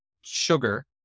sugar